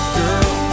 girl